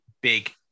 big